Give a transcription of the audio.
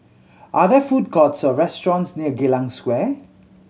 are there food courts or restaurants near Geylang Square